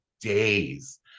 days